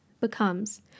becomes